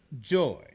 joy